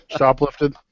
Shoplifted